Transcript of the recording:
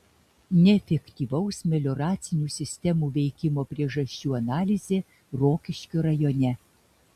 neefektyvaus melioracinių sistemų veikimo priežasčių analizė rokiškio rajone